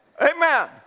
amen